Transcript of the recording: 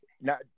now